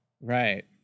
Right